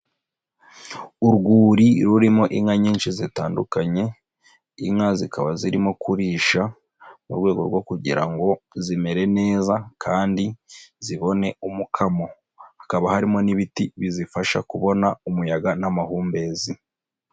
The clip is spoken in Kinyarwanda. Urwuri rurimo inka nyinshi zitandukanye, inka zikaba zirimo kurisha mu rwego rwo kugira ngo zimere neza kandi zibone umukamo, hakaba harimo n'ibiti bizifasha kubona umuyaga n'amahumbezi.